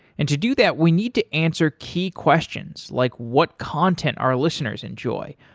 and to do that, we need to answer key questions, like what content our listeners enjoy,